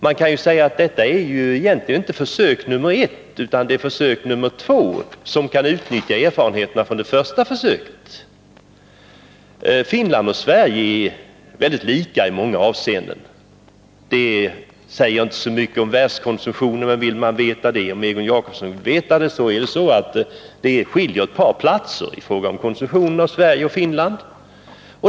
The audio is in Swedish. Vad som nu diskuteras är egentligen inte försök nr 1 utan försök nr 2, som kan utnyttja erfarenheterna från det första försöket. Finland och Sverige är väldigt lika i många avseenden. Det säger inte så mycket om världskonsumtionen, men om Egon Jacobsson vill veta det kan jagtala om att det skiljer bara ett par platser i tabellen i fråga om konsumtion mellan Sverige och Finland.